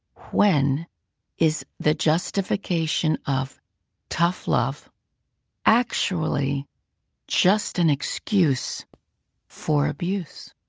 when is the justification of tough love actually just an excuse for abuse?